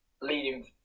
leading